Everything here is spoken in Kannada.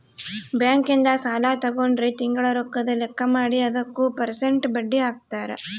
ಬ್ಯಾಂಕ್ ಇಂದ ಸಾಲ ತಗೊಂಡ್ರ ತಿಂಗಳ ರೊಕ್ಕದ್ ಲೆಕ್ಕ ಮಾಡಿ ಅದುಕ ಪೆರ್ಸೆಂಟ್ ಬಡ್ಡಿ ಹಾಕ್ತರ